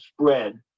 spread